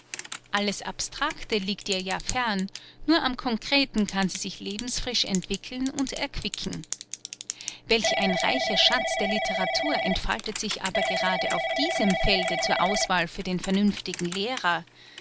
alles abstracte liegt ihr ja fern nur am concreten kann sie sich lebensfrisch entwickeln und erquicken welch ein reicher schatz der literatur entfaltet sich aber gerade auf diesem felde zur auswahl für den vernünftigen lehrer